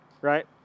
Right